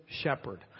shepherd